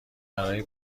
برای